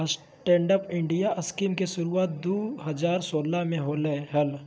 stand up India scheme के शुरुआत दू हज़ार सोलह में होलय हल